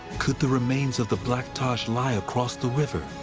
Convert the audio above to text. could the remains of the black taj lie across the river,